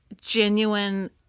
genuine